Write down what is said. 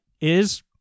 is-